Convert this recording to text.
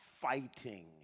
fighting